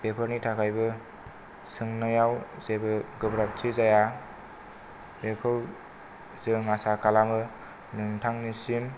बेफोरनि थाखायबो सोंनायाव जेबो गोब्राबथि जाया बेखौ जों आसा खालामो नोंथांनिसिम